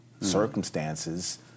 circumstances